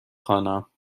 خوانم